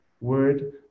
word